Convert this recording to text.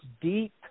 deep